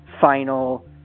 final